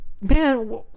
man